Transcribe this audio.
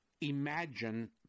imagine